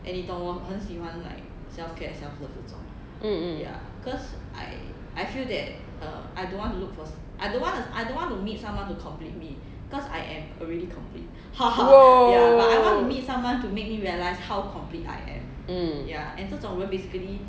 mm mm mm